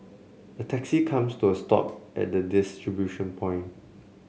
a taxi comes to a stop at the distribution point